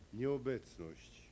nieobecność